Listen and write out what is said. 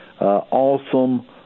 awesome